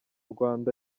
rwanda